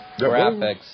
graphics